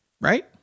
Right